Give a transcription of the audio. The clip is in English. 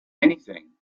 anything